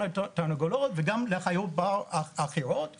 גם לתרנגולות וגם לחיות בר אחרות.